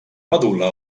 medul·la